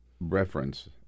reference